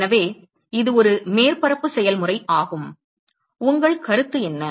எனவே இது ஒரு மேற்பரப்பு செயல்முறை ஆகும் உங்கள் கருத்து என்ன